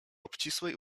obcisłej